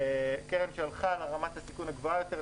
קרן שהלכה לרמת הסיכון הגבוהה יותר,